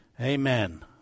Amen